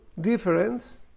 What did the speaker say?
difference